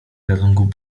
gatunków